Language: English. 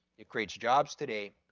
it creates jobs today,